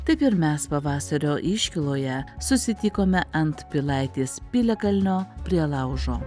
taip ir mes pavasario iškyloje susitikome ant pilaitės piliakalnio prie laužo